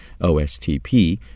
OSTP